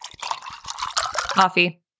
Coffee